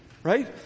Right